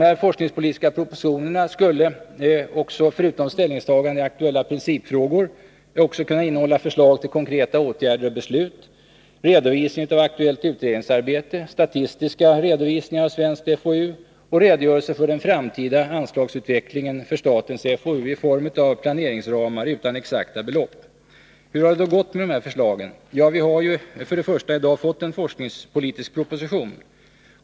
Dessa forskningspolitiska propositioner skulle, förutom ställningstagande till aktuella principfrågor, också kunna innehålla förslag till konkreta åtgärder och beslut, redovisning av aktuellt utredningsarbete, statistiska redovisningar av svensk FoU och redogörelser för den framtida anslagsutvecklingen för statens FoU i form av planeringsramar utan exakta belopp. Hur har det då gått med de här förslagen? Ja, vi har ju till att börja med fått en forskningspolitisk proposition.